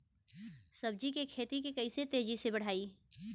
सब्जी के खेती के कइसे तेजी से बढ़ाई?